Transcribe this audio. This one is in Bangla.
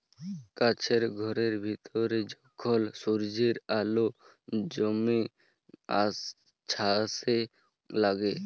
কাছের ঘরের ভিতরে যখল সূর্যের আল জ্যমে ছাসে লাগে